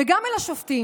וגם אל השופטים,